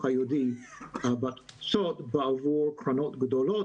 היהודי בתפוצות בעבור קרנות גדולות,